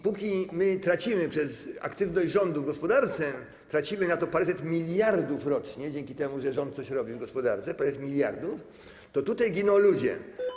Póki my tracimy przez aktywność rządu w gospodarce, tracimy na to paręset miliardów rocznie, dzięki temu, że rząd coś robił w gospodarce, paręset miliardów, to tutaj giną ludzie.